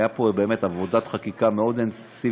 הייתה פה באמת עבודת חקיקה מאוד אינטנסיבית,